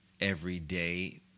everyday